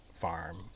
farm